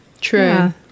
True